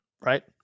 Right